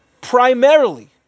Primarily